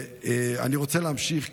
אני רוצה להמשיך,